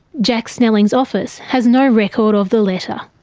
jack snelling's office has no record of the letter.